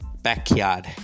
backyard